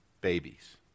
babies